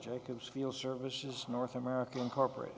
jacobs field services north american corporate